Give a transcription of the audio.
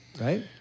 Right